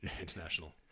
international